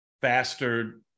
faster